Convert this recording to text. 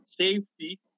safety